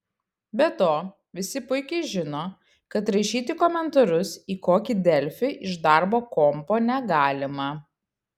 be to visi puikiai žino kad rašyti komentarus į kokį delfį iš darbo kompo negalima